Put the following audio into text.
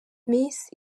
miss